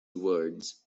words